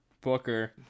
booker